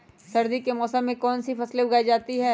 सर्दी के मौसम में कौन सी फसल उगाई जाती है?